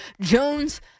Jones